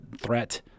threat